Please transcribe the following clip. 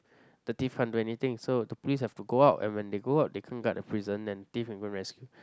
the thief can't do anything so the police have to go out and when they go out they can't guard the prison and the thief can go and rescue